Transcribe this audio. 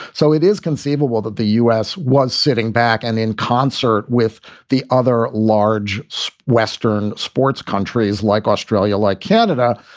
so it is conceivable that the us was sitting back and in concert with the other large so western sports countries like australia, like canada,